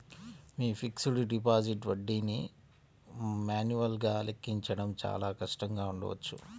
మీ fixed deposit వడ్డీని మాన్యువల్గా లెక్కించడం చాలా కష్టంగా ఉండవచ్చు